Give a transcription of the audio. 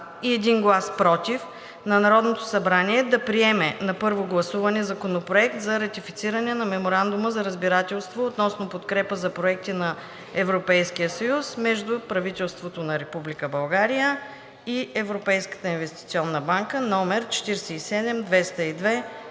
и 1 глас против, на Народното събрание да приеме на първо гласуване Законопроект за ратифициране на Меморандума за разбирателство относно подкрепа за проекти на Европейския съюз между правителството на Република България и Европейската инвестиционна банка, №